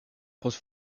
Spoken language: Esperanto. post